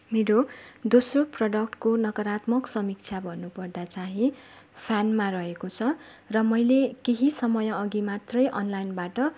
मेरो दोस्रो प्रडक्टको नकारात्मक समीक्षा भन्नुपर्दा चाहिँ फ्यानमा रहेको छ र मैले केही समयअघि मात्रै अनलाइनबाट